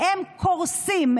הם קורסים,